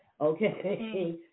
Okay